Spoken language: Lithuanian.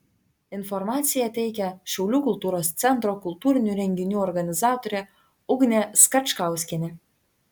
informaciją teikia šiaulių kultūros centro kultūrinių renginių organizatorė ugnė skačkauskienė